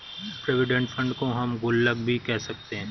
provident fund को हम गुल्लक भी कह सकते हैं